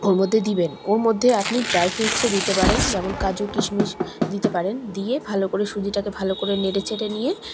ওর মধ্যে দিবেন ওর মধ্যে আপনি ড্রাই ফ্রুটসও দিতে পারেন যেমন কাজু কিশমিশ দিতে পারেন দিয়ে ভালো করে সুজিটাকে ভালো করে নেড়ে ছেড়ে নিয়ে